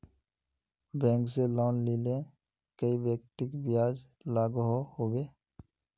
Bank से loan लिले कई व्यक्ति ब्याज लागोहो होबे?